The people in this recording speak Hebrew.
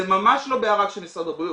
זה ממש לא בעיה של משרד הבריאות.